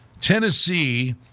Tennessee